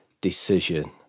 decision